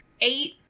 eight